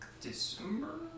December